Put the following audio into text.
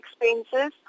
expenses